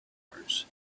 mars